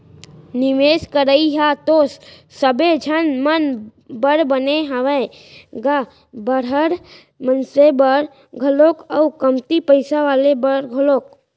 निवेस करई ह तो सबे झन मन बर बने हावय गा बड़हर मनसे बर घलोक अउ कमती पइसा वाले बर घलोक